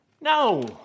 No